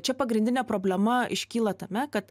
čia pagrindinė problema iškyla tame kad